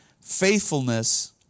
faithfulness